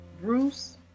Bruce